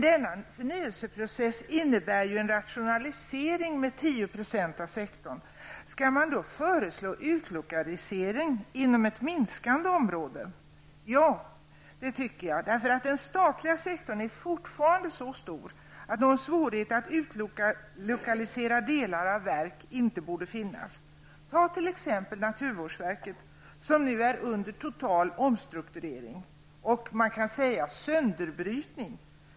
Denna förnyelseprocess innebär ju också en rationalisering med 10 % av sektorn. Skall man då föreslå utlokalisering inom ett minskande område? Ja, den statliga sektorn är fortfarande så stor att någon svårighet att utlokalisera delar av verk inte borde finnas. Man kan t.ex. se på naturvårdsverket som nu är under total omstrukturering och så att säga sönderbrytning.